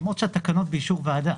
למרות שהתקנות באישור ועדה.